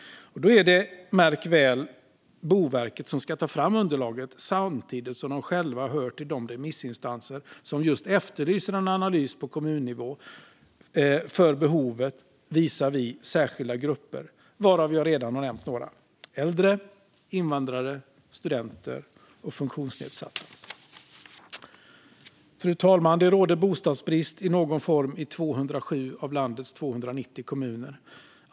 Då är det, märk väl, Boverket som ska ta fram underlaget samtidigt som de själva hör till de remissinstanser som just efterlyser en analys på kommunnivå för behovet visavi särskilda grupper, varav jag redan har nämnt några - äldre, invandrare, studenter och funktionsnedsatta. Fru talman! Det råder bostadsbrist i någon form i 207 av landets 290 kommuner.